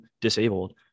disabled